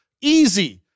Easy